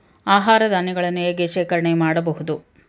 ಆಹಾರ ಧಾನ್ಯಗಳನ್ನು ಹೇಗೆ ಶೇಖರಣೆ ಮಾಡಬಹುದು?